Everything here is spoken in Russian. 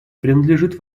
принадлежит